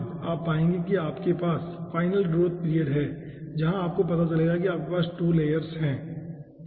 आप पाएंगे कि हमारे पास फाइनल ग्रोथ पीरियड है जहां आपको पता चलेगा कि हमारे पास 2 लेयर्स हैं ठीक है